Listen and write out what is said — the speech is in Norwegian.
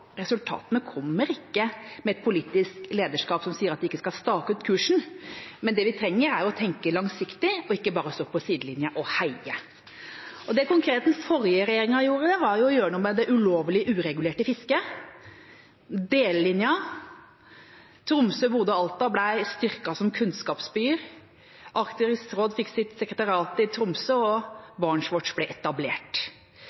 resultatene kommer ikke med et politisk lederskap som sier at de ikke skal stake ut kursen. Det vi trenger å gjøre, er å tenke langsiktig og ikke bare stå på sidelinjen og heie. Det konkrete som den forrige regjeringa gjorde, var å gjøre noe med det ulovlige, uregulerte fisket og delelinjen. Tromsø, Bodø og Alta ble styrket som kunnskapsbyer. Arktisk råd fikk sitt sekretariat i Tromsø,